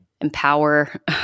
empower